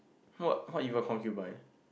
what what you are confuse by